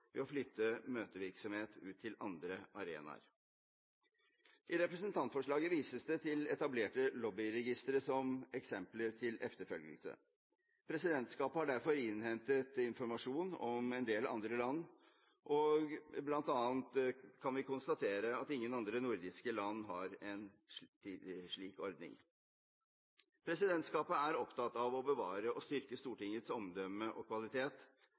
ved å flytte møtevirksomhet ut til andre arenaer. I representantforslaget vises det til etablerte lobbyregistre som eksempler til etterfølgelse. Presidentskapet har derfor innhentet informasjon om en del andre land, og bl.a. kan vi konstatere at ingen andre nordiske land har en slik ordning. Presidentskapet er opptatt av å bevare og styrke Stortingets omdømme og kvalitet.